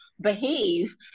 behave